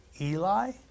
Eli